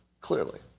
Clearly